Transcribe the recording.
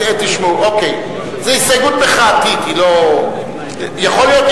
זאת הסתייגות מחאתית, היא לא, יכול להיות.